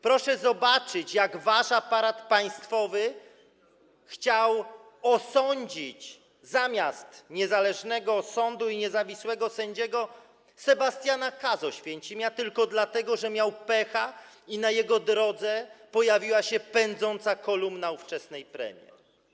Proszę zobaczyć, jak wasz aparat państwowy chciał osądzić, zamiast niezależnego sądu i niezawisłego sędziego, Sebastiana K. z Oświęcimia tylko dlatego, że miał pecha i na jego drodze pojawiła się pędząca kolumna ówczesnej premier.